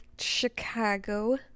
Chicago